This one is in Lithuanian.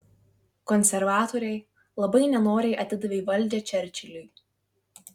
konservatoriai labai nenoriai atidavė valdžią čerčiliui